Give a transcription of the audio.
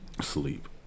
sleep